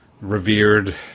revered